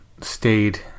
stayed